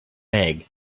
bag